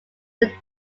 but